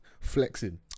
flexing